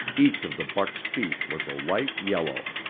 each of the buck's feet was a light yellow.